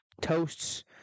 toasts